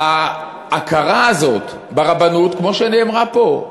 ההכרה הזאת ברבנות, כמו שנאמר פה,